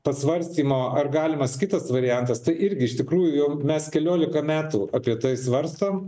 pasvarstymo ar galimas kitas variantas tai irgi iš tikrųjų mes keliolika metų apie tai svarstom